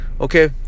Okay